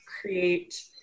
create